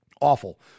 awful